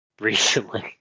recently